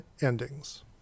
endings